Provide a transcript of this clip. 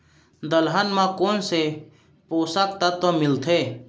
दलहन म कोन से पोसक तत्व मिलथे?